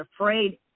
afraid